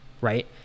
right